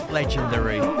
legendary